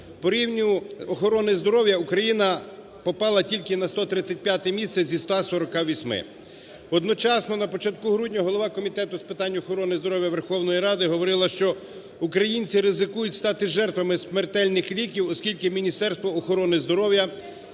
По рівню охорони здоров'я Україна попала тільки на 135 місце зі 148-и. Одночасно на початку грудня голова Комітету з питань охорони здоров'я Верховної Ради говорила, що українці ризикують стати жертвами смертельних ліків, оскільки Міністерство охорони здоров'я